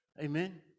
Amen